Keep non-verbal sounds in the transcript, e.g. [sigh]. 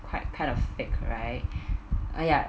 quite kind of fake right [breath] uh ya